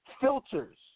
filters